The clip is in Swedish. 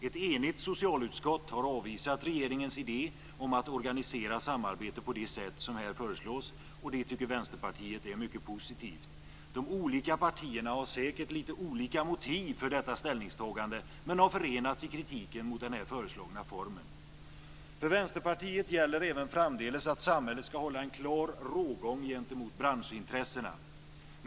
Ett enigt socialutskott har avvisat regeringens idé om att organisera samarbetet på det sätt som här föreslås, och det tycker Vänsterpartiet är mycket positivt. De olika partierna har säkert lite olika motiv för detta ställningstagande, men de har förenats i kritiken mot den här föreslagna formen. För Vänsterpartiet gäller även framdeles att samhället ska hålla en klar rågång gentemot branschintressena.